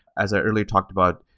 as i earlier talked about,